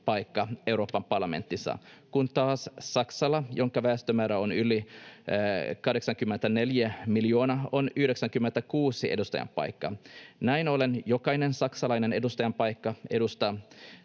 Euroopan parlamentissa, kun taas Saksalla, jonka väestömäärä on yli 84 miljoonaa, on 96 edustajanpaikkaa. Näin ollen jokainen saksalainen edustajanpaikka edustaa